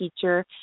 teacher